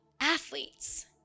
athletes